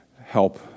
help